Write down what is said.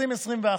2020,